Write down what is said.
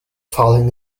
falling